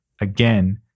again